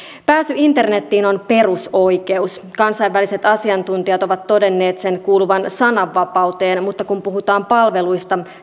pääsy internetiin on perusoikeus kansainväliset asiantuntijat ovat todenneet sen kuuluvan sananvapauteen mutta kun puhutaan palveluista